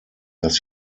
dass